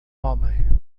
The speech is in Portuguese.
homem